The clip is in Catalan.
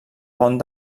pont